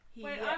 Wait